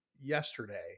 yesterday